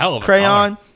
crayon